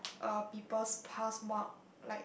uh people past mark like